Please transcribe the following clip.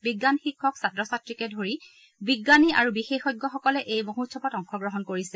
বিজ্ঞান শিক্ষক ছাত্ৰ ছাত্ৰীকে ধৰি বিজ্ঞানী আৰু বিশেষজ্ঞসকলে এই মহোৎসৱত অংশগ্ৰহণ কৰিছে